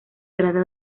trata